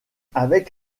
avec